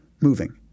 moving